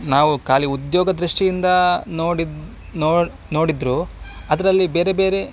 ನಾವು ಖಾಲಿ ಉದ್ಯೋಗ ದೃಷ್ಟಿಯಿಂದ ನೋಡಿ ನೋ ನೋಡಿದರು ಅದರಲ್ಲಿ ಬೇರೆ ಬೇರೆ